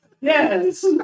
Yes